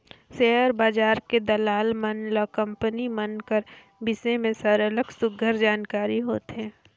share बजार के दलाल मन ल कंपनी मन कर बिसे में सरलग सुग्घर जानकारी होथे